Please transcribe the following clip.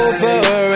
Over